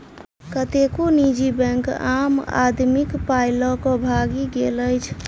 कतेको निजी बैंक आम आदमीक पाइ ल क भागि गेल अछि